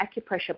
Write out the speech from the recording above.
acupressure